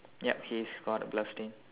ya he's got a blood stain